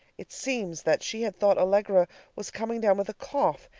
it seems that she had thought allegra was coming down with a cough,